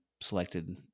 selected